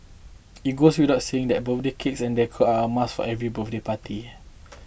it goes without saying that birthday cakes and decor are a must for every birthday party